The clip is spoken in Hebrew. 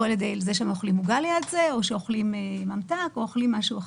או על ידי זה שהם אוכלים עוגה או שאוכלים ממתק או שאוכלים משהו אחר.